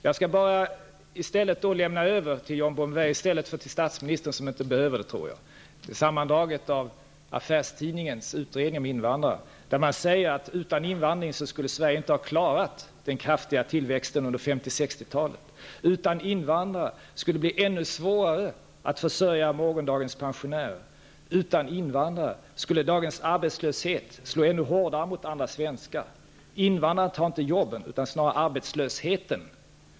Jag skall lämna över till John Bouvin -- i stället för till statsministern, som jag tror inte behöver det -- sammandraget av Affärstidningens utredning om invandrare. Av sammandraget framgår det att utan invandring skulle Sverige inte ha klarat den kraftiga tillväxten under 50 och 60-talen. Utan invandrare skulle det bli ännu svårare att försörja morgondagens pensionärer. Utan invandrare skulle dagens arbetslöshet slå ännu hårdare mot andra svenskar. Invandrarna tar inte jobben, utan snarare arbetslösheten.